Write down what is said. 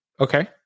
Okay